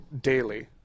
daily